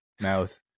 mouth